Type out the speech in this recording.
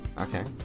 Okay